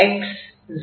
x 0 என்றால் y1 ஆகும்